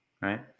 right